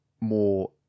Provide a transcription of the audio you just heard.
more